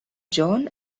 john